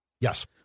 Yes